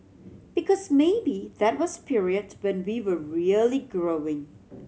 because maybe that was period when we were really growing